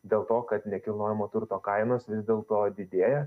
dėl to kad nekilnojamo turto kainos vis dėl to didėja